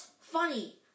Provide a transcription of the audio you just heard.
funny